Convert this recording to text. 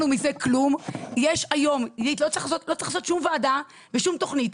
לא צריך לעשות שום וועדה ושום תוכנית.